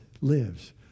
lives